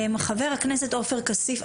חבר הכנסת עופר כסיף,